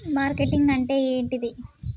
Marketing అంటే ఏంటిది?